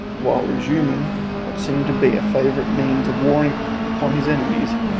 while, resuming what seemed to be a favourite means of warring upon his enemies,